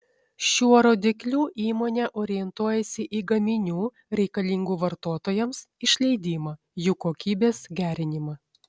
šiuo rodikliu įmonė orientuojasi į gaminių reikalingų vartotojams išleidimą jų kokybės gerinimą